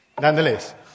nonetheless